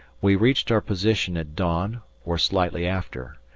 we reached our position at dawn or slightly after,